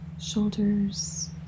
shoulders